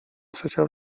trzecia